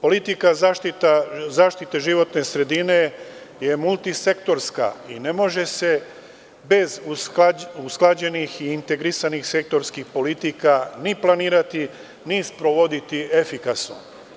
Politika zaštite životne sredine je multisektorska i ne može se bez usklađenih i integrisanih sektorskih politika ni planirati ni sprovoditi efikasno.